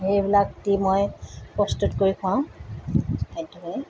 সেইবিলাক দি মই প্ৰস্তুত কৰি খাওঁ খাদ্যখিনি